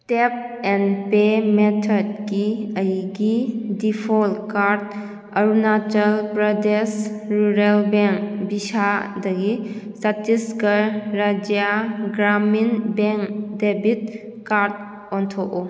tap and pay ꯃꯦꯊꯠꯀꯤ ꯑꯩꯒꯤ default card Arunachal Pradesh rural bank ꯕꯤꯁꯥꯗꯒꯤ Chhattisgarh Rajya Gramin bank debit card ꯑꯣꯟꯊꯣꯛꯎ